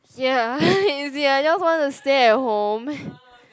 ya is ya yours just want to stay at home